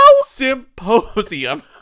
Symposium